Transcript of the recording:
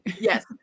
yes